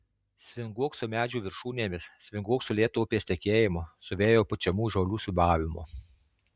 svinguok su medžių viršūnėmis svinguok su lėtu upės tekėjimu su vėjo pučiamų žolių siūbavimu